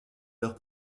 leurs